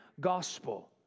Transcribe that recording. gospel